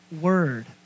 word